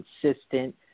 consistent